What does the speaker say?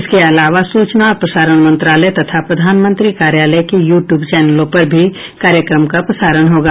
इसके अलावा सूचना और प्रसारण मंत्रालय तथा प्रधानमंत्री कार्यालय के यू ट्यूब चैनलों पर भी कार्यक्रम का प्रसारण होगा